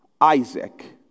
Isaac